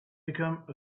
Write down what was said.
become